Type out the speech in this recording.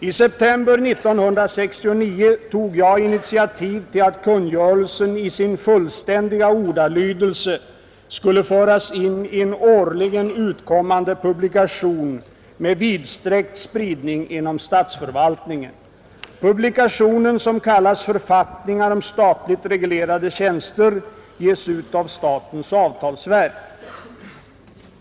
I september 1969 tog jag initiativ till att kungörelsen i sin fullständiga ordalydelse skulle föras in i en årligen utkommande publikation med vidsträckt spridning inom statsförvaltningen. Publikationen, som kallas ”Författningar om statligt reglerade tjänster”, ges ut av statens avtalsverk.